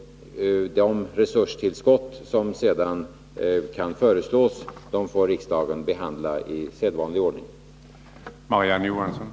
De resurstillskott som sedan kan föreslås får riksdagen behandla i sedvanlig ordning.